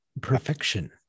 perfection